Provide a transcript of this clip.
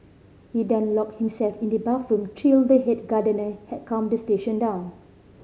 he then locked himself in the bathroom till the head gardener had calmed the situation down